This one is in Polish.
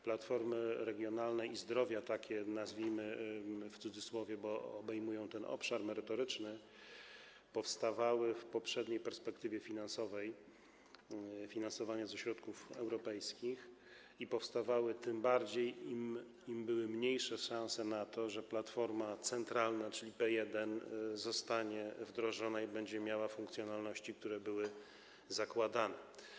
Platformy regionalne i zdrowia, tak je nazwijmy w cudzysłowie, bo obejmują obszar merytoryczny, powstawały w poprzedniej perspektywie finansowej finansowania ze środków europejskich i powstawały tym bardziej, im były mniejsze szanse na to, że platforma centralna, czyli P1, zostanie wdrożona i będzie miała funkcjonalności, które były zakładane.